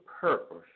purpose